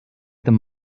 them